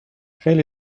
خیلی